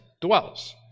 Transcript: dwells